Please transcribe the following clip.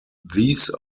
these